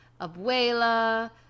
abuela